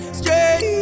straight